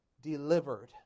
delivered